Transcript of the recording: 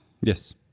Yes